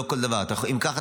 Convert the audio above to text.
אם ככה,